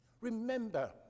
remember